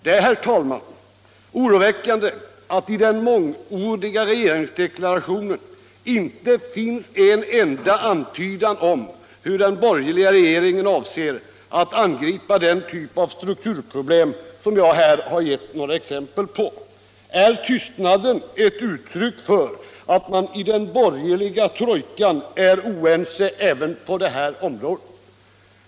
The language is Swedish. Det är, herr talman, oroväckande att i den mångordiga regeringsdeklarationen inte finns en enda antydan om hur den borgerliga regeringen avser att angripa den typ av strukturproblem som jag här har gett några exempel på. Är tystnaden ett uttryck för att man i den borgerliga trojkan är oense även på detta område?